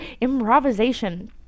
improvisation